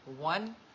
One